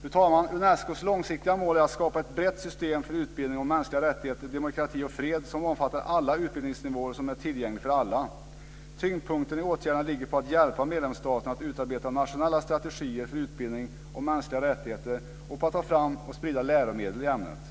Fru talman! Unescos långsiktiga mål är att skapa ett brett system för utbildning i mänskliga rättigheter, demokrati och fred som omfattar alla utbildningsnivåer och som är tillgängligt för alla. Tyngdpunkten i åtgärderna ligger på att hjälpa medlemsstaterna att utarbeta nationella strategier för utbildning i mänskliga rättigheter och på att ta fram och sprida läromedel i ämnet.